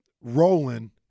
rolling